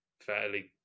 fairly